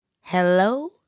Hello